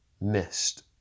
missed